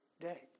day